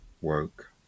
woke